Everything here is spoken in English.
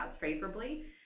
favorably